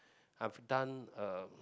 I've done uh